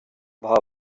war